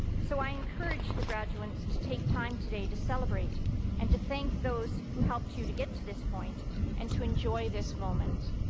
so i encourage the graduands to take time today to celebrate and to thank those who helped you to get to this point and to enjoy this moment.